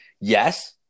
yes